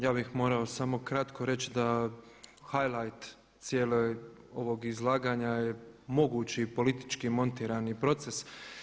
Ja bih morao samo kratko reći da highlight cijelog ovog izlaganja je mogući politički montirani proces.